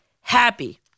happy